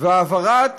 והעברת